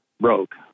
broke